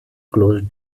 closed